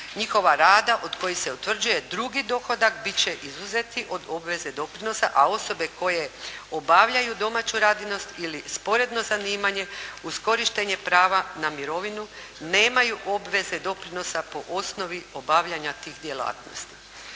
njihova rada od kojih se utvrđuje drugi dohodak bit će izuzeti od obveze doprinosa a osobe koje obavljaju domaću radinost ili sporedno zanimanje uz korištenje prava na mirovinu nemaju obveze doprinosa po osnovi obavljanja tih djelatnosti.